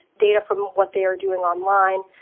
data from what they are doing online.